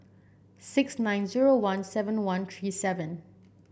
six nine zero one seven one three seven